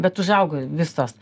bet užauga visos